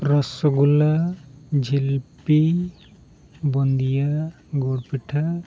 ᱨᱚᱥᱜᱩᱞᱞᱟ ᱡᱷᱤᱞᱯᱤ ᱵᱚᱱᱫᱤᱭᱟ ᱜᱩᱲ ᱯᱤᱴᱷᱟᱹ